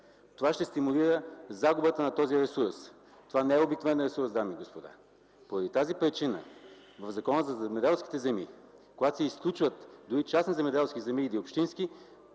това ще стимулира загубата на този ресурс. Това не е обикновен ресурс, дами и господа! Поради тази причина в Закона за земеделските земи, когато се изключват дори и частни земеделски земи, или общински,